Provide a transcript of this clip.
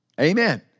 Amen